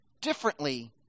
differently